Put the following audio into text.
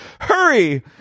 Hurry